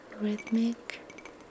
rhythmic